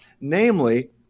namely